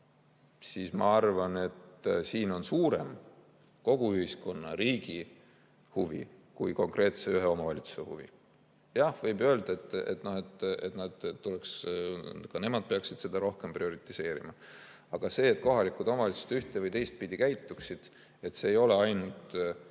siis ma arvan, et siin on suurem, kogu ühiskonna ja riigi huvi, mitte konkreetse omavalitsuse huvi. Jah, võib öelda, et ka nemad peaksid seda rohkem prioritiseerima. Aga see, et kohalikud omavalitsused ühte- või teistpidi käituksid, ei ole ainult nende